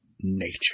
nature